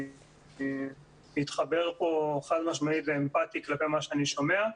אני מתחבר חד משמעית ואמפטי כלפי מה שאני שומע.